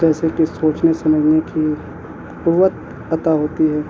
جیسے کہ سوچنے سمجھنے کی قوت عطا ہوتی ہے